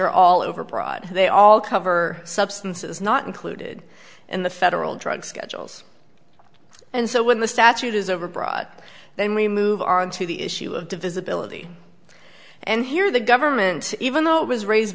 are all overbroad they all cover substances not included in the federal drug schedules and so when the statute is overbroad then we move on to the issue of divisibility and here the government even though it was raised